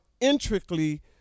intricately